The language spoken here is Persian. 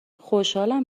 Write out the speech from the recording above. خوشحالم